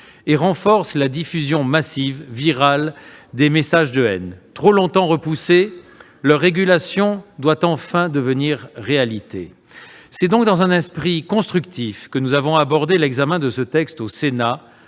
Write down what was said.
et renforcent la diffusion massive, virale, des messages de haine. Trop longtemps repoussée, leur régulation doit enfin devenir réalité. C'est donc dans un esprit constructif que nous avons abordé l'examen de ce texte au Sénat,